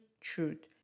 truth